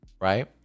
right